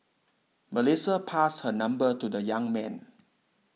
Melissa passed her number to the young man